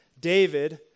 David